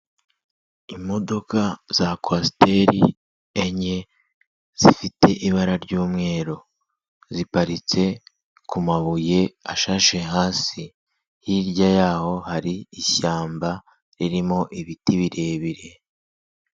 Imodoka za kwasiteri enye, zifite ibara ry'umweru, ziparitse ku mabuye ashashe hasi, hirya yaho hari ishyamba ririmo ibiti birebire.